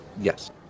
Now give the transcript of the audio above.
Yes